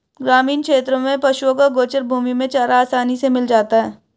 ग्रामीण क्षेत्रों में पशुओं को गोचर भूमि में चारा आसानी से मिल जाता है